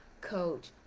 coach